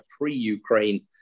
pre-Ukraine